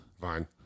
Fine